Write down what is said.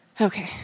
Okay